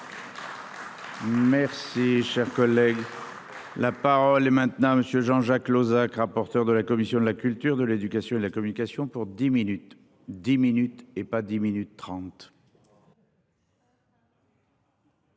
Merci cher collègue. La parole est maintenant Monsieur Jean-Jacques Lozach, rapporteur de la commission de la culture de l'éducation, de la communication pour 10 minutes, 10 minutes et pas 10 minutes 30.